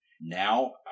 Now